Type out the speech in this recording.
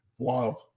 Wild